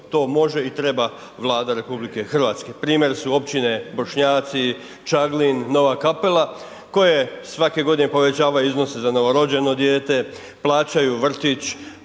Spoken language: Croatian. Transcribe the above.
to može i treba Vlada RH. Primjer su općine Bošnjaci, Čaglin, Nova Kapela koje svake godine povećavaju iznose za novorođeno dijete, plaćaju vrtić,